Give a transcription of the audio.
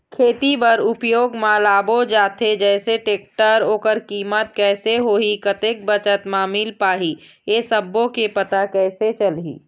खेती बर उपयोग मा लाबो जाथे जैसे टेक्टर ओकर कीमत कैसे होही कतेक बचत मा मिल पाही ये सब्बो के पता कैसे चलही?